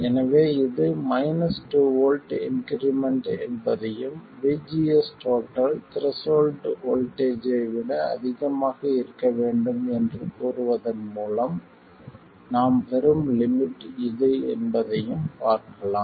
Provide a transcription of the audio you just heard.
எனவே இது 2 volt increment என்பதையும் VGS த்ரெஷோல்ட் வோல்ட்டேஜ் ஐ விட அதிகமாக இருக்க வேண்டும் என்று கூறுவதன் மூலம் நாம் பெறும் லிமிட் இது என்பதையும் பார்க்கலாம்